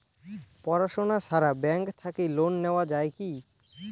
পড়াশুনা ছাড়া ব্যাংক থাকি লোন নেওয়া যায় কি?